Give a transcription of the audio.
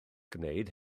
gwneud